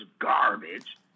garbage